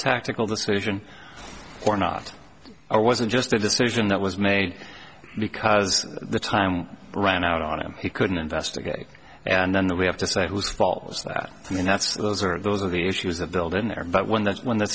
tactical decision or not or wasn't just a decision that was made because the time ran out on him he couldn't investigate and then we have to say whose fault was that i mean that's those are those are the issues that build in there but when that's when the